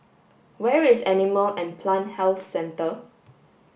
where is Animal and Plant Health Centre